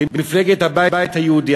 במפלגת הבית היהודי.